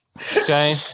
Okay